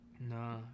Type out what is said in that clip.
No